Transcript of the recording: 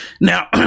Now